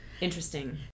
Interesting